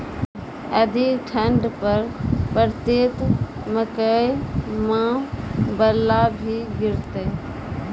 अधिक ठंड पर पड़तैत मकई मां पल्ला भी गिरते?